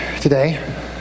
today